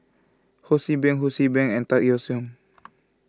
Ho See Beng Ho See Beng and Tan Yeok Seong